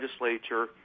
legislature